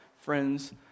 friends